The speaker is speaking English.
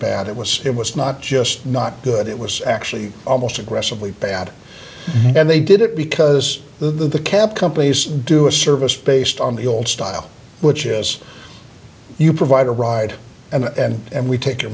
bad it was it was not just not good it was actually almost aggressively bad and they did it because the cab companies do a service based on the old style which is you provide a ride and and we take your